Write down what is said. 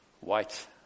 white